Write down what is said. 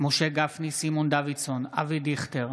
משה גפני, סימון דוידסון, אבי דיכטר,